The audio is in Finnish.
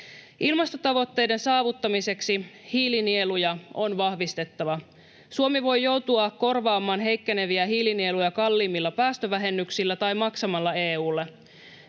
Ilmastotavoitteiden saavuttamiseksi hiilinieluja on vahvistettava. Suomi voi joutua korvaamaan heikkeneviä hiilinieluja kalliimmilla päästövähennyksillä tai maksamalla EU:lle.